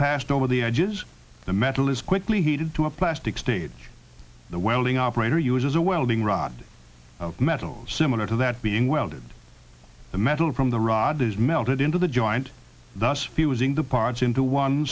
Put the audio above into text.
passed over the edges the metal is quickly heated to a plastic state the welding operator uses a welding rod metal similar to that being welded the metal from the rod is melted into the joint thus fusing the parts into one